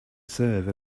serve